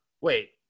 wait